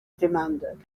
demanded